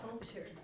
culture